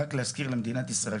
רק להזכיר למדינת ישראל,